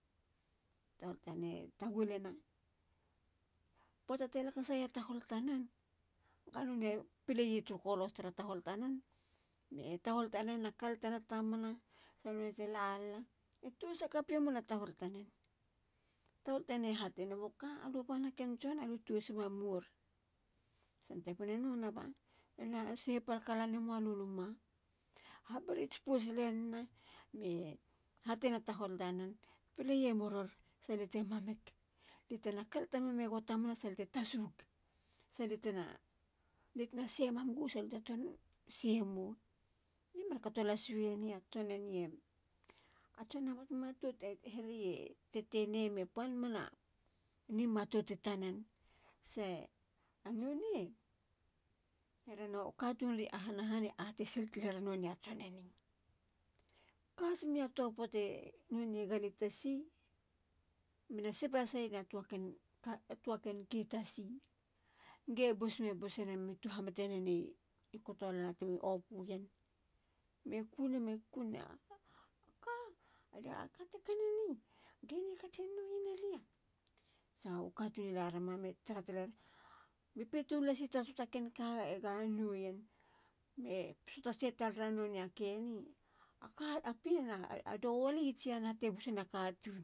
Tahol tanentagulena. poata te lakasa ya tahol tanen. ga none e pileya turu kolos tara tahol tanen. ba tahol tanen na kalata yena tamana. sa nonei te lalala. e tos hakapeya mona tahol tanen. ba tahol tanen e hatenen. boka. aluba nahaken tson. alue tosima mor. sante pena e nuanaba. na sahihapalaka la nemoa lui luma. habirits pots lenina. me hatena tahol tanen. pileye murir. salia te mamik. lia tena kalata mamegowa tamana. saliate tasuk. sa lia tena se mamgo. salute tuan semo. gemar katolaswiyeni. a tson eni a tson a matmatot. e hereye tetene me pan mena ni matot i tanen. se a nonei e hereno katun ri ahana han e atesil taler nonei a tson eni. ka has meya toa poata. nonei e gala i tasi bena sabe haseyena nonei toa ken ke tasi. ge bus. me busina. me tu hamatenene i kotolana temi opuyen me kuna. me kuna. o ka. a ka te kaneni. kenie katsin noweyena lia. sa u katun a laruma me tarataleyer. me petom lasi ta toa taken ka e ga noweyen. me suatasetalera noneya keni. a ka. a pien. a dolly tsia naha. te busina katun.